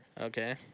Okay